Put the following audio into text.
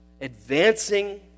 advancing